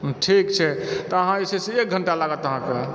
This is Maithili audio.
ठीक छै तऽ जे छै से एक घण्टा लागत अहाँके